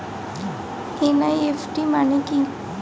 NEFT মানে কি?